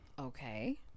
Okay